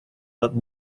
but